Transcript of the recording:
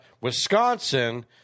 Wisconsin